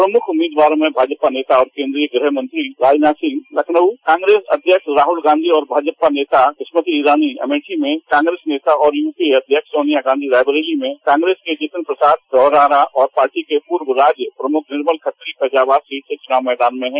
प्रमुख उम्मीदवारों में भाजपा नेता और केन्द्रीय गृहमंत्री राजनाथ सिंह लखनउ कांग्रेस अध्यक्ष राहुल गांधी और भाजपा नेता स्मृति ईरानी अमेठी से कांग्रेस नेता और यूपीए अध्यक्ष सोनिया गांधी रायबरेली से कांग्रेस के जितिन प्रसाद धौरहरा से और पार्टी के पूर्व राज्य प्रमुख निर्मल खत्री फैजाबाद से चुनाव मैदान में हैं